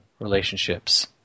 relationships